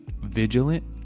vigilant